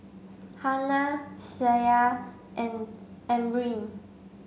Hana Syah and Amrin